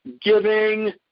giving